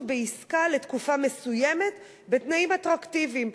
בעסקה לתקופה מסוימת בתנאים אטרקטיביים,